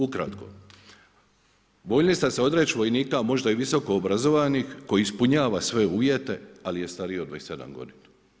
Ukratko voljni ste se odreći vojnika, a možda i visoko obrazovanih koji ispunjava sve uvjete, ali je stariji od 27 godina.